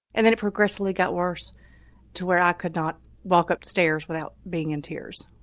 and then it progressively got worse to where i could not walk up stairs without being in tears,